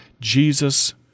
Jesus